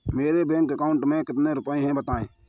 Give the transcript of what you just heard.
मेरे bank account में कितने रुपए हैं बताएँ?